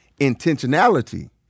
Intentionality